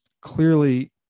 clearly